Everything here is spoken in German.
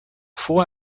vor